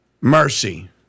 mercy